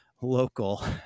local